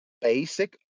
basic